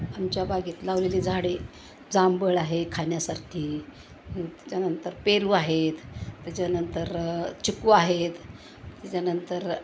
आमच्या बागेत लावलेली झाडे जांभूळ आहे खाण्यासारखी त्याच्यानंतर पेरू आहेत त्याच्यानंतर चिकू आहेत त्याच्यानंतर